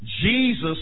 Jesus